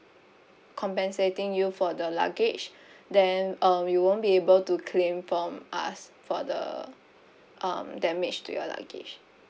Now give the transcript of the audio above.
compensating you for the luggage then uh you won't be able to claim from us for the um damage to your luggage